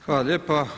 Hvala lijepa.